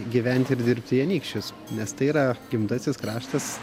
gyventi ir dirbti į anykščius nes tai yra gimtasis kraštas